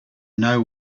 know